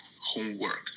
homework